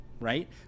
right